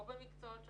או במקצועות שוחקים,